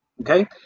okay